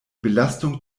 belastung